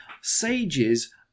sages